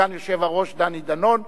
הוא סגן היושב-ראש דני דנון,